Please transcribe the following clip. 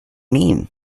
mean